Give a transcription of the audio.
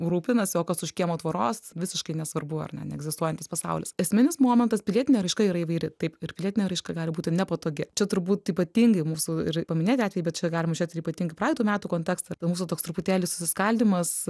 rūpinasi o kas už kiemo tvoros visiškai nesvarbu ar na neegzistuojantis pasaulis esminis momentas pilietinė raiška yra įvairi taip ir pilietinė raiška gali būti nepatogi čia turbūt ypatingai mūsų ir minėti atvejai bet čia galime žiūrėt ypatingai praeitų metų kontekstą apie mūsų toks truputėlį susiskaldymas